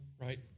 right